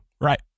Right